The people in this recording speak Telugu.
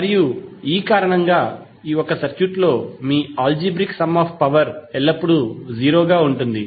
మరియు ఈ కారణంగా ఒక సర్క్యూట్లో మీ ఆల్జీబ్రిక్ సమ్ ఆఫ్ పవర్ ఎల్లప్పుడూ 0 గా ఉంటుంది